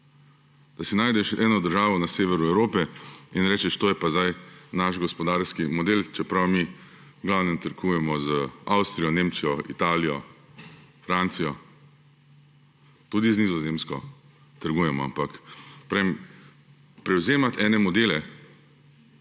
da najdeš eno državo na severu Evrope in rečeš, to je pa zdaj naš gospodarski model, čeprav mi v glavnem trgujemo z Avstrijo, Nemčijo, Italijo, Francijo. Tudi z Nizozemsko trgujemo, ampak prevzemati en model